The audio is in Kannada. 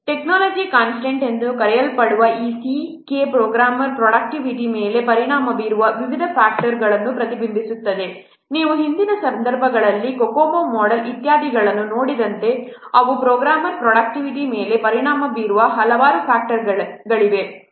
ಟೆಕ್ನಾಲಜಿ ಕಾನ್ಸ್ಟಂಟ್ ಎಂದು ಕರೆಯಲ್ಪಡುವ ಈ C k ಪ್ರೋಗ್ರಾಮರ್ ಪ್ರೋಡಕ್ಟಿವಿಟಿ ಮೇಲೆ ಪರಿಣಾಮ ಬೀರುವ ವಿವಿಧ ಫ್ಯಾಕ್ಟರ್ಗಳನ್ನು ಪ್ರತಿಬಿಂಬಿಸುತ್ತದೆ ನೀವು ಹಿಂದಿನ ಸಂದರ್ಭಗಳಲ್ಲಿ COCOMO ಮೋಡೆಲ್ ಇತ್ಯಾದಿಗಳನ್ನು ನೋಡಿದಂತೆ ಅವು ಪ್ರೋಗ್ರಾಮರ್ ಪ್ರೋಡಕ್ಟಿವಿಟಿ ಮೇಲೆ ಪರಿಣಾಮ ಬೀರುವ ಹಲವು ಫ್ಯಾಕ್ಟರ್ಗಳಿವೆ